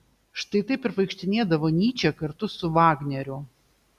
štai taip ir vaikštinėdavo nyčė kartu su vagneriu